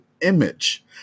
image